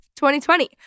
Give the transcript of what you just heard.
2020